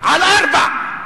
על ארבע,